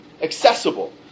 Accessible